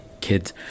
kids